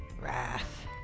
Wrath